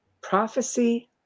prophecy